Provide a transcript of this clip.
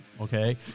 okay